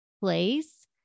place